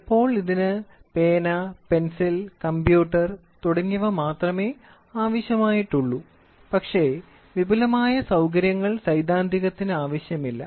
ചിലപ്പോൾ ഇതിന് പേന പെൻസിൽ കമ്പ്യൂട്ടർ തുടങ്ങിയവ മാത്രമേ ആവശ്യമുള്ളൂ പക്ഷേ വിപുലമായ സൌകര്യങ്ങൾ സൈദ്ധാന്തികത്തിന് ആവശ്യമില്ല